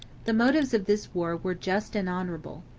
the motives of this war were just and honorable.